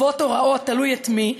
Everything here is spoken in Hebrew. טובות או רעות, תלוי את מי שואלים,